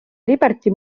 liberty